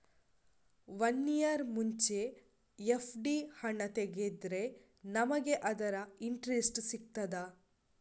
One year ಮುಂಚೆ FD ಹಣ ತೆಗೆದ್ರೆ ನಮಗೆ ಅದರ ಇಂಟ್ರೆಸ್ಟ್ ಸಿಗ್ತದ?